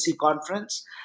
conference